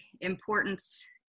importance